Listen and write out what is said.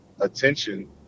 attention